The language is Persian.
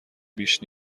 بیش